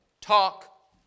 talk